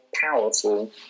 powerful